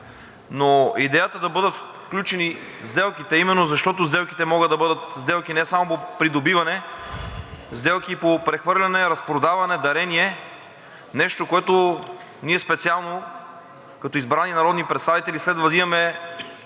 но идеята да бъдат включени сделките е именно защото сделките могат да бъдат сделки не само по придобиване – сделки по прехвърляне, разпродаване, дарение, нещо, към което ние специално като избрани народни представители следва да имаме